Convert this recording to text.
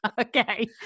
Okay